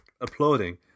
applauding